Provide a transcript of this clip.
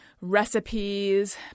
recipes